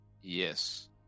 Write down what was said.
Yes